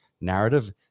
narrative